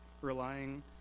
relying